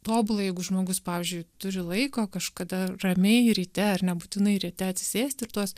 tobula jeigu žmogus pavyzdžiui turi laiko kažkada ramiai ryte ar nebūtinai ryte atsisėsti ir tuos